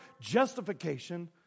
justification